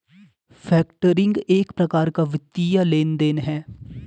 factoring एक प्रकार का वित्तीय लेन देन है